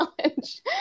challenge